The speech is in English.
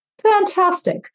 fantastic